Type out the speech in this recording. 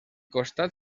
costat